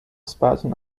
spartan